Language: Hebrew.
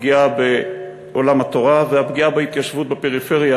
הפגיעה בעולם התורה והפגיעה בהתיישבות בפריפריה,